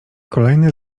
kolejne